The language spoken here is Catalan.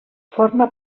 forma